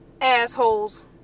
assholes